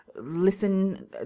Listen